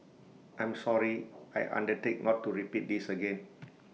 I'm sorry I undertake not to repeat this again